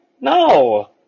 no